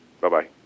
bye-bye